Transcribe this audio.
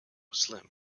slim